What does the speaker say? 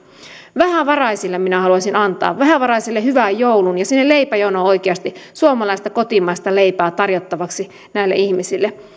vähävaraisille minä haluaisin antaa vähävaraisille hyvän joulun ja sinne leipäjonoon oikeasti suomalaista kotimaista leipää tarjottavaksi näille ihmisille